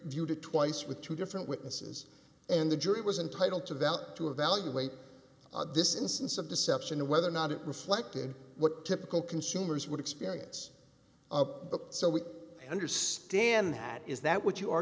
duty twice with two different witnesses and the jury was entitled to that to evaluate this instance of deception and whether or not it reflected what typical consumers would experience but so we understand that is that what you